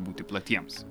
būti platiems